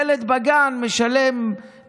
ילד בגן משלם,